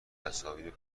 تصاویر